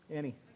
Annie